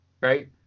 right